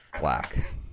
black